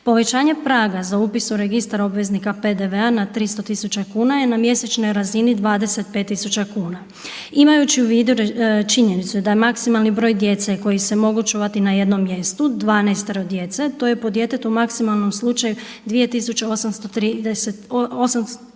Povećanje praga za upis u Registar obveznika PDV-a na 300 tisuća kuna je na mjesečnoj razini 25 tisuća kuna. Imajući u vidu činjenicu da maksimalan broj djece koji se mogu čuvati na jednom mjestu 12. djece, to je po djetetu maksimalno u slučaju 2.083